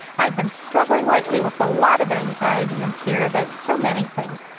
i've been struggling lately with a lot of anxiety and fear, about so many things.